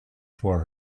for